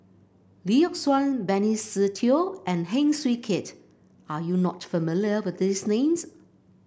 Lee Yock Suan Benny Se Teo and Heng Swee Keat are you not familiar with these names